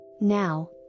Now